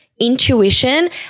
intuition